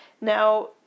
Now